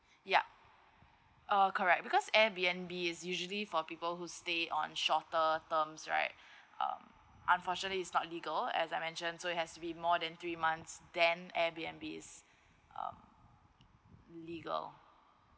yup uh correct because air B_N_B is usually for people who stay on shorter terms right um unfortunately it's not legal as I mentioned so it has be more than three months then air B_N_B is um legal